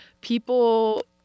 people